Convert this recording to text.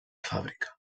fàbrica